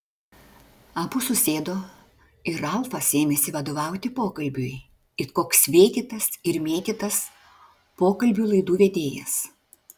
abu susėdo ir ralfas ėmėsi vadovauti pokalbiui it koks vėtytas ir mėtytas pokalbių laidų vedėjas